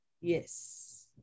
yes